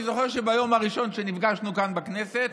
אני זוכר שביום הראשון שנפגשנו כאן בכנסת